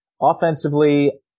Offensively